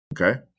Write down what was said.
Okay